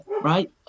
right